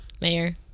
Mayor